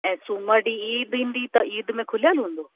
ऐं सूमरु ॾींहुं ईद ईंदी त ईद में खुलियलु हूंदो